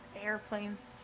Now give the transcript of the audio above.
airplanes